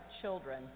children